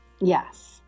Yes